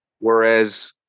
Whereas